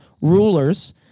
rulers